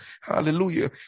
hallelujah